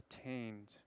attained